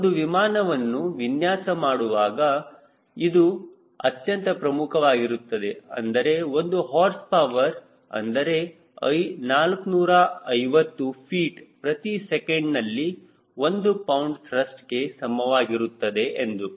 ಒಂದು ವಿಮಾನವನ್ನು ವಿನ್ಯಾಸ ಮಾಡುವಾಗ ಇದು ಅತ್ಯಂತ ಪ್ರಮುಖವಾಗಿರುತ್ತದೆ ಅಂದರೆ ಒಂದು ಹಾರ್ಸ್ ಪವರ್ ಅಂದರೆ 450 ಫೀಟ್ ಪ್ರತಿ ಸೆಕೆಂಡ್ ನಲ್ಲಿ ಒಂದು ಪೌಂಡ್ ತ್ರಸ್ಟ್ಗೆ ಸಮವಾಗಿರುತ್ತದೆ ಎಂದು